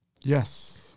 Yes